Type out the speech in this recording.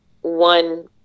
one